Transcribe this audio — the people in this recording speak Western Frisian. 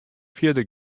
fierder